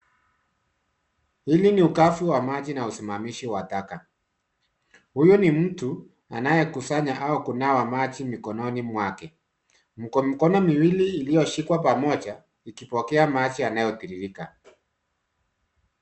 Hili ni ugavi wa maji na usimamizi wa taka. Huyu ni mtu anayekusanya au kunawa maji mikononi mwake. Mikono miwili iliyoshikwa pamoja ikipokea maji yanayotiririka.